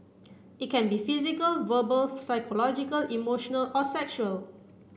it can be physical verbal psychological emotional or sexual